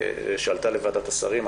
שעלתה לוועדת השרים,